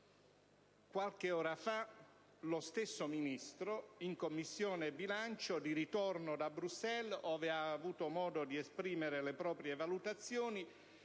Qualche ora fa lo stesso Ministro, in Commissione bilancio, di ritorno da Bruxelles ove ha avuto modo di esprimere le proprie valutazioni,